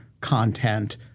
content –